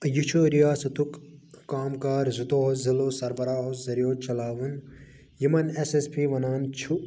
یہِ چھُ رِیاسَتُک كام كار زٕتوٚوہو ضِلعو سربَراہو ذٔریعو چلاوان یمَن ایس ایس پی ونان چھُ